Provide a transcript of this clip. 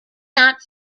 not